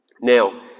Now